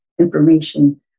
information